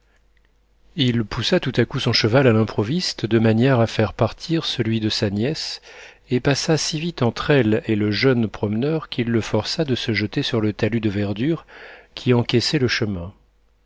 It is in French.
il poussa tout à coup son cheval à l'improviste de manière à faire partir celui de sa nièce et passa si vite entre elle et le jeune promeneur qu'il le força de se jeter sur le talus de verdure qui encaissait le chemin